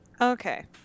Okay